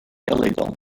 illegal